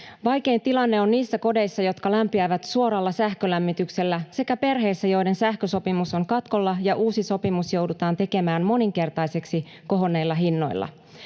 Vaikein tilanne on niissä kodeissa, jotka lämpiävät suoralla sähkölämmityksellä, sekä perheissä, joiden sähkösopimus on katkolla ja uusi sopimus joudutaan tekemään moninkertaiseksi kohonneilla hinnoilla.